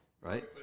right